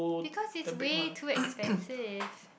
because it's way too expensive